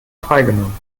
freigenommen